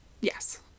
Yes